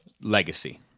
legacy